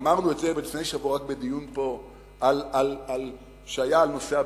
ואמרנו זאת לפני שבוע בדיון שהיה פה על נושא הבדואים.